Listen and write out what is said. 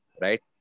right